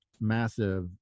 massive